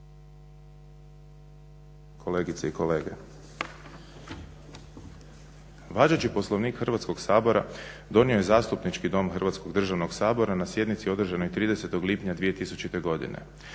Kolegice i kolege. Važeći Poslovnik Hrvatskog sabora donio je Zastupnički dom Hrvatskog državnog sabora na sjednici održanoj 30.lipnja 2000.godine,